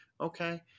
Okay